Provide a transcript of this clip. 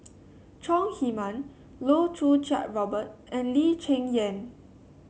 Chong Heman Loh Choo Kiat Robert and Lee Cheng Yan